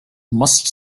must